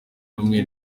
hamwe